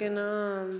के ना